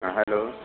हाँ हेलो